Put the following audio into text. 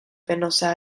penosa